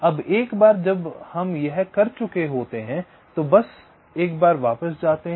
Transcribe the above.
अब एक बार जब हम यह कर चुके होते हैं तो बस एक बार वापस जाते हैं